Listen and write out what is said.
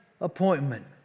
appointment